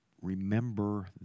remember